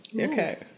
Okay